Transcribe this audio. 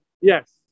Yes